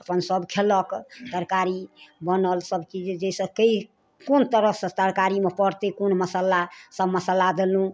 अपन सब खेलक तरकारी बनल सब चीज जाहिसँ कै कोन तरहसँ तरकारीमे पड़ते कोन मसल्ला सब मसल्ला देलहुँ